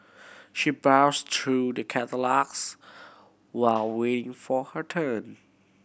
she browsed through the catalogues while waiting for her turn